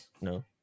No